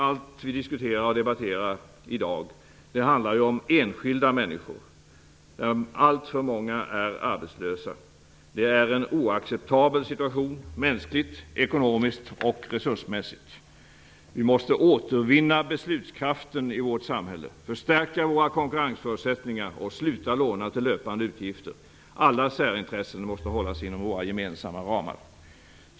Allt vi diskuterar och debatterar i dag handlar om enskilda människor. Alltför många är arbetslösa. Det är en oacceptabel situation mänskligt, ekonomiskt och resursmässigt. Vi måste återvinna beslutskraften i vårt samhälle, förstärka våra konkurrensförutsättningar och sluta låna till löpande utgifter. Alla särintressen måste hållas inom våra gemensamma ramar.